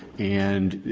and